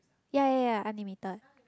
ya ya ya unlimited